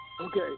Okay